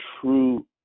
true